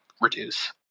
reduce